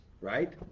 right